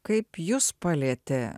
kaip jus palietė